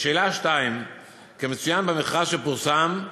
2. כמצוין במכרז שפורסם,